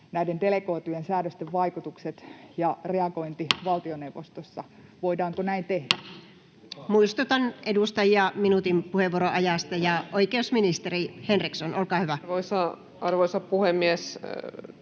näiden delegoitujen säädösten vaikutukset ja reagointi valtioneuvostossa. Voidaanko näin tehdä? Muistutan edustajia minuutin puheenvuoroajasta. — Ja oikeusministeri Henriksson, olkaa hyvä. Arvoisa puhemies!